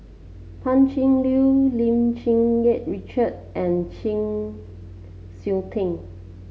Pan Cheng Lui Lim Cherng Yih Richard and Chng Seok Tin